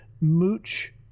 Mooch